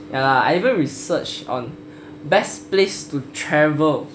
ya lah I even research on best place to travel